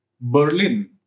Berlin